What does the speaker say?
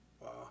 Wow